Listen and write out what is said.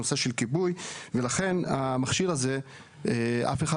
אבל הנושא של כיבוי הוא מאוד-מאוד חשוב; אף אחד